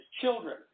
children